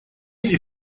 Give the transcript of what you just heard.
ele